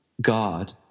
God